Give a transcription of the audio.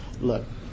Look